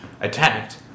attacked